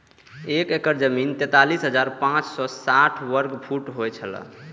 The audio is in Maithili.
एक एकड़ जमीन तैंतालीस हजार पांच सौ साठ वर्ग फुट होय छला